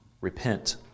repent